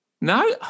No